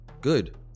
good